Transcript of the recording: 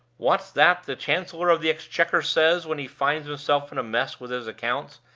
what's that the chancellor of the exchequer says when he finds himself in a mess with his accounts,